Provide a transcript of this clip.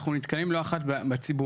אנחנו נתקעים לא אחת בציבור.